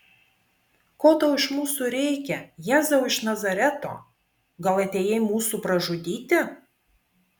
ko tau iš mūsų reikia jėzau iš nazareto gal atėjai mūsų pražudyti